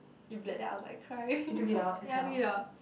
you bled then I was like crying cause you ask me out